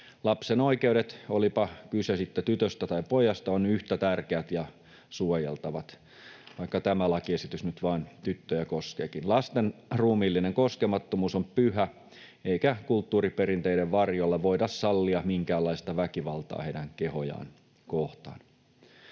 Lapsen oikeudet, olipa kyse sitten tytöstä tai pojasta, ovat yhtä tärkeät ja suojeltavat, vaikka tämä lakiesitys nyt vain tyttöjä koskeekin. Lasten ruumiillinen koskemattomuus on pyhä, eikä kulttuuriperinteiden varjolla voida sallia minkäänlaista väkivaltaa heidän kehojaan kohtaan.